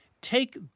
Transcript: take